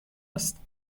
است